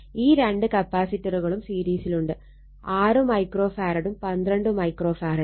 ഈ രണ്ട് കപ്പാസിറ്ററുകളും സീരീസിലുണ്ട് 6 മൈക്രോ ഫാരഡും 12 മൈക്രോ ഫാരഡും